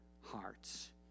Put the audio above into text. hearts